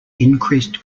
increased